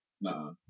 Nah